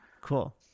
cool